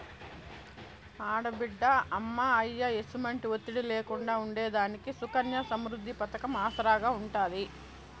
ఆడబిడ్డ అమ్మా, అయ్య ఎసుమంటి ఒత్తిడి లేకుండా ఉండేదానికి సుకన్య సమృద్ది పతకం ఆసరాగా ఉంటాది